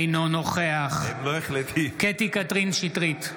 אינו נוכח קטי קטרין שטרית,